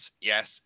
yes